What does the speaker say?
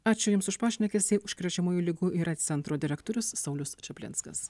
ačiū jums už pašnekesį užkrečiamųjų ligų ir aids centro direktorius saulius čaplinskas